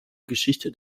geschichte